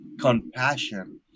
compassion